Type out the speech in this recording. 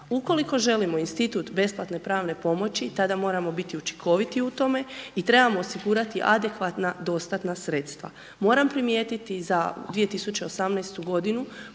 Ukoliko želimo Institut besplatne pravne pomoći, tada moramo biti učinkoviti u tome i trebamo osigurati adekvatna dostatna sredstava. Moram primijetiti za 2018.g.